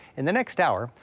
in the next hour,